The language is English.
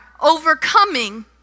overcoming